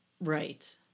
Right